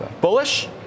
Bullish